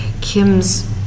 Kim's